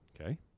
Okay